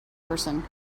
person